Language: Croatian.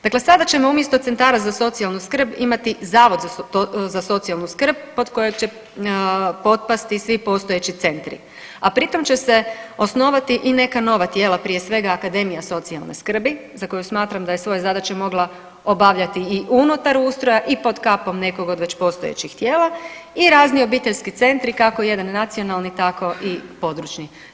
Dakle, sada ćemo umjesto centara za socijalnu skrb imati Zavod za socijalnu skrb pod kojeg će potpasti svi postojeći centri, a pritom će se osnovati i neka nova tijela, prije svega Akademija socijalne skrbi za koju smatram da je svoje zadaće mogla obavljati i unutar ustroja i pod kapom nekog od postojećih tijela i razni obiteljski centri kako jedan nacionalni, tako i područni.